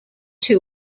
two